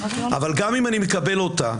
אבל גם אם אני מקבל אותה,